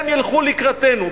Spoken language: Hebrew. הם ילכו לקראתנו?